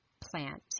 plant